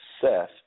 Seth